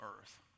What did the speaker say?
earth